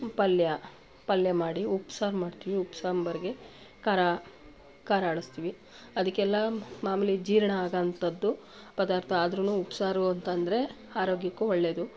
ಪಲ್ಯ ಪಲ್ಯ ಮಾಡಿ ಉಪ್ಸಾರು ಮಾಡ್ತೀವಿ ಉಪ್ಪು ಸಾಂಬಾರ್ಗೆ ಖಾರ ಖಾರ ಆಡಿಸ್ತೀವಿ ಅದಕ್ಕೆಲ್ಲ ಮಾಮೂಲಿ ಜೀರ್ಣ ಆಗೋ ಅಂಥದ್ದು ಪದಾರ್ಥ ಆದರೂನು ಉಪ್ಸಾರು ಅಂತ ಅಂದ್ರೆ ಆರೋಗ್ಯಕ್ಕೂ ಒಳ್ಳೆಯದು